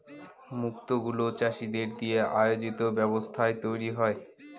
মুক্ত গুলো চাষীদের দিয়ে আয়োজিত ব্যবস্থায় তৈরী হয়